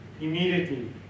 immediately